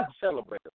celebrate